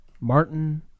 Martin